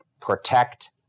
protect